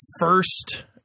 first